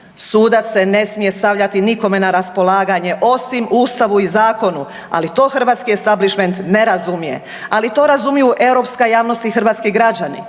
Sudac se ne smije stavljati nikome na raspolaganje osim Ustavu i zakonu, ali to hrvatski establishment ne razumije. Ali to razumiju europska javnost i hrvatski građani.